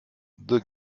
deux